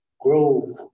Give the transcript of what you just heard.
grove